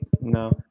No